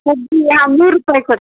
ಕೊಬ್ಬರಿಯಾ ನೂರು ರೂಪಾಯಿ ಕೊಡು